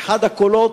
אחד הקולות,